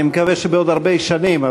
אני מקווה שבעוד הרבה שנים,